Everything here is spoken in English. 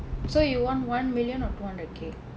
so you want one million or two hundred K